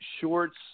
shorts